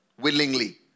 willingly